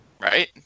Right